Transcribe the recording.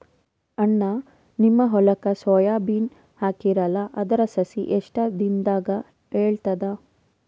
ಅಣ್ಣಾ, ನಿಮ್ಮ ಹೊಲಕ್ಕ ಸೋಯ ಬೀನ ಹಾಕೀರಲಾ, ಅದರ ಸಸಿ ಎಷ್ಟ ದಿಂದಾಗ ಏಳತದ?